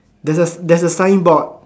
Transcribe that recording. there's a there's a signboard